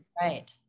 Right